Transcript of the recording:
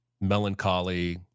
melancholy